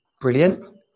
Brilliant